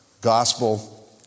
Gospel